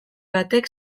batek